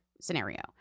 scenario